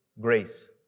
grace